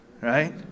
right